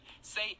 Say